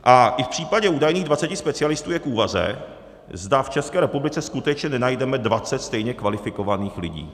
A i v případě údajných 20 specialistů je k úvaze, zda v České republice skutečně nenajdeme 20 stejně kvalifikovaných lidí.